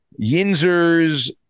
Yinzer's